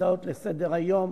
שהצעות לסדר-היום